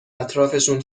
اطرافشون